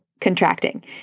contracting